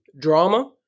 drama